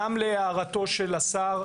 גם להערתו של השר,